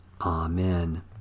Amen